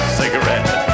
cigarette